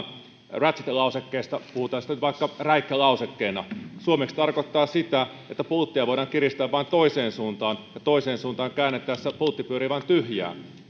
ratchet lausekkeesta puhutaan siitä nyt vaikka räikkälausekkeena tarkoittaa suomeksi sitä että pulttia voidaan kiristää vain toiseen suuntaan ja toiseen suuntaan käännettäessä pultti pyörii vain tyhjää